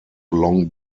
long